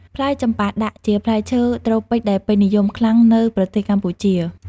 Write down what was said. ផ្លែចម្ប៉ាដាក់ជាផ្លែឈើត្រូពិចដែលពេញនិយមខ្លាំងនៅប្រទេសកម្ពុជា។